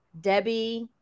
Debbie